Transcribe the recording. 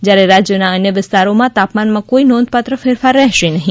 જ્યારે રાજ્યના અન્ય વિસ્તારોમાં તાપમાનમા કોઈ નોંધપાત્ર ફેરફાર રહેશે નહીં